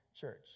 church